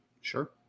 Sure